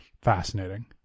Fascinating